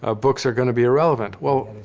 ah books are going to be irrelevant. well,